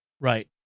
Right